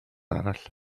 arall